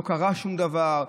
לא קרה שום דבר.